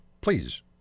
please